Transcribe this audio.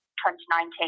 2019